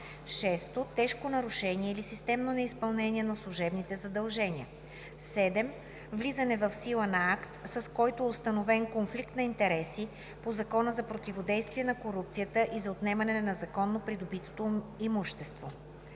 2; 6. тежко нарушение или системно неизпълнение на служебните задължения; 7. влизане в сила на акт, с който е установен конфликт на интереси по Закона за противодействие на корупцията и за отнемане на незаконно придобитото имущество.